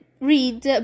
read